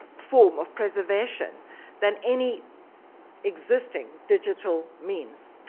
form of preservation than any existing digital means.